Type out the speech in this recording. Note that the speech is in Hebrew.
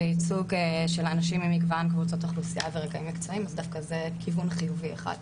וייצוג של אנשים ממגוון קבוצות אוכלוסייה דווקא זה כיוון חיובי אחד.